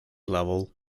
level